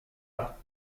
pas